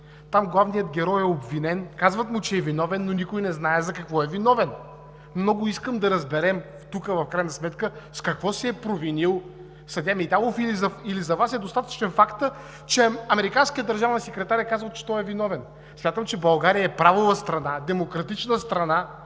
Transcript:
Там главният герой е обвинен, казват му, че е виновен, но никой не знае за какво е виновен. Много искам да разберем тук в крайна сметка с какво се е провинил съдия Миталов или за Вас е достатъчен фактът, че американският държавен секретар е казал, че той е виновен? Смятам, че България е правова страна, демократична страна